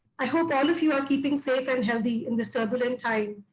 i hope all of you are keeping safe and healthy in this turbulent time.